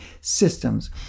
systems